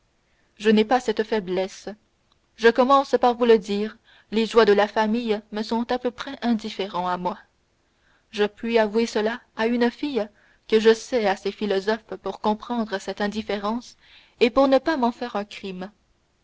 je n'ai pas cette faiblesse je commence par vous le dire les joies de la famille me sont à peu près indifférentes à moi je puis avouer cela à une fille que je sais assez philosophe pour comprendre cette indifférence et pour ne pas m'en faire un crime